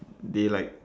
they like